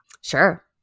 Sure